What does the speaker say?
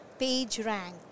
PageRank